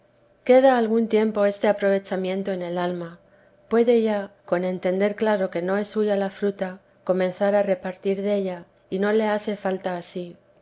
queda algún tiempo este aprovechamiento en el alma puede ya con entender claro que no es suya la fruta comenzar a repartir della y no le hace falta a sí